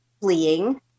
fleeing